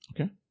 Okay